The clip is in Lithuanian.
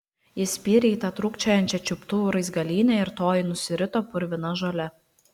ji spyrė į tą trūkčiojančią čiuptuvų raizgalynę ir toji nusirito purvina žole